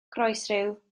croesryw